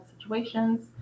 situations